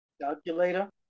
Calculator